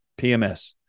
PMS